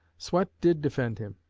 swett did defend him,